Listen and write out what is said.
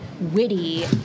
witty